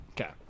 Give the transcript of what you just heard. Okay